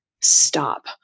Stop